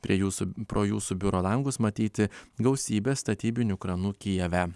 prie jūsų pro jūsų biuro langus matyti gausybė statybinių kranų kijeve